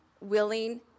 willing